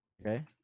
Okay